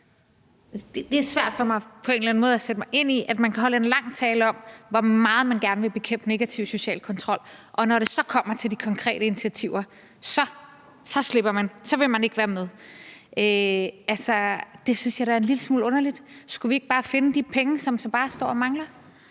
det er svært for mig at sætte mig ind i, at man kan holde en lang tale om, hvor meget man gerne vil bekæmpe negativ social kontrol, men når det kommer til de konkrete initiativer, så slipper man, så vil man ikke være med. Det synes jeg da er en lille smule underligt. Skulle vi ikke bare finde de penge, som Sabaah står og mangler?